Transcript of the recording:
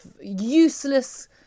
useless